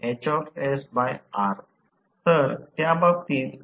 तर त्या बाबतीत